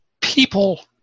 People